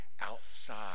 outside